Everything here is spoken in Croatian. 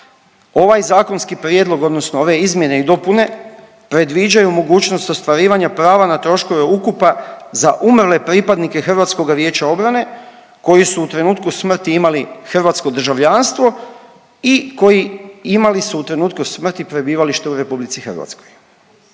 ovaj zakonski prijedlog odnosno ove izmjene i dopune predviđaju mogućnost ostvarivanje prava na troškova ukopa za umrle pripadnike HVO-a koji su u trenutku smrti imali hrvatsko državljanstvo i koji imali su u trenutku smrti prebivalište u RH. Dakle,